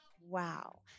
Wow